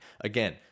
again